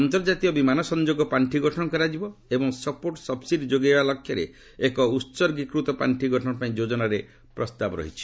ଅନ୍ତର୍ଜାତୀୟ ବିମାନ ସଂଯୋଗ ପାଣ୍ଠି ଗଠନ କରାଯିବ ଏବଂ ସପୋଟ୍ ସବ୍ସିଡି ଯୋଗାଇବା ଲକ୍ଷ୍ୟରେ ଏକ ଉସର୍ଗୀକୃତ ପାଶ୍ଚି ଗଠନ ପାଇଁ ଯୋଜନାରେ ପ୍ରସ୍ତାବ ରହିଛି